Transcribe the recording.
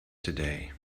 today